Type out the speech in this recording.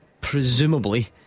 Presumably